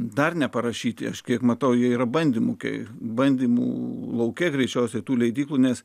dar neparašyti aš kiek matau jie yra bandymų kai bandymų lauke greičiausiai tų leidyklų nes